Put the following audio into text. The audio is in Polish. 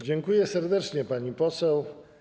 Dziękuję serdecznie, pani poseł.